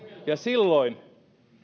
silloin